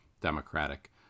Democratic